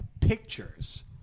pictures